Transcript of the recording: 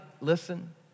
listen